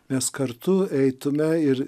mes kartu eitume ir